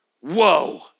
Whoa